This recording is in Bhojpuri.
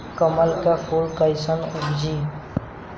कमल के फूल कईसे उपजी?